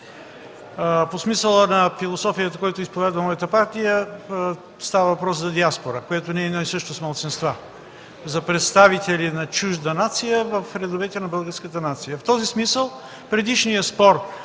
По смисъла на философията, която изповядва моята партия, става въпрос за диаспора, което не е едно и също с малцинства, за представители на чужда нация в редовете на българската нация. В този смисъл предишният спор